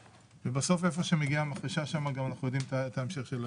בסוף איפה שמגיעה המחרשה שם אנחנו גם יודעים את ההמשך.